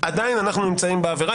עדיין אנחנו נמצאים בעבירה.